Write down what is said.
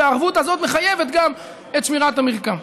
והערבות הזאת מחייבת גם את שמירת המרקם.